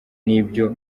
n’ibyo